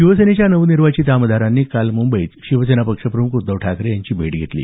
शिवसेनेच्या नवनिर्वाचित आमदारांनी काल मुंबईत शिवसेना पक्षप्रमुख उद्धव ठाकरे यांची भेट घेतली